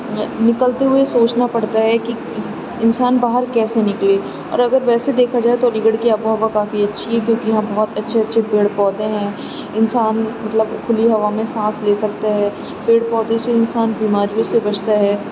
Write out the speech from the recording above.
نکلتے ہوئے سوچنا پڑتا ہے کہ انسان باہر کیسے نکلے اور اگر ویسے دیکھا جائے تو علی گڑھ کی آب و ہوا کافی اچھی ہے کیوں کہ یہاں بہت اچھے اچھے پیڑ پودے ہیں انسان مطلب کھلی ہوا میں سانس لے سکتا ہے پیڑ پودے سے انسان بیماریوں سے بچتا ہے